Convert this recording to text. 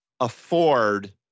afford